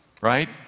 right